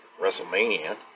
WrestleMania